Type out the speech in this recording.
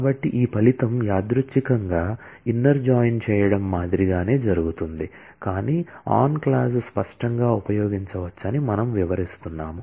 కాబట్టి ఈ ఫలితం యాదృచ్ఛికంగా ఇన్నర్ జాయిన్ చేయడం మాదిరిగానే జరుగుతుంది కాని ఆన్ క్లాజ్ స్పష్టంగా ఉపయోగించవచ్చని మనము వివరిస్తున్నాము